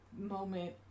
moment